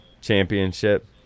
Championship